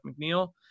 McNeil